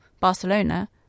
Barcelona